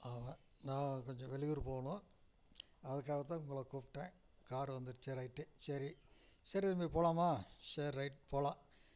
ஆமாம் நான் கொஞ்சம் வெளியூர் போகணும் அதுக்காகத் தான் உங்களை கூப்பிட்டேன் காரு வந்துடுச்சா ரைட்டு சரி சரி தம்பி போகலாமா சேரி ரைட் போகலாம்